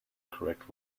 correct